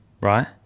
Right